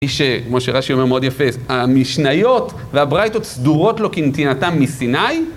היא שכמו שרש"י אומר מאוד יפה, המשניות והברייתות סדורות לו כנתינתם מסיני.